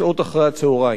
בשעות אחרי-הצהריים.